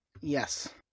Yes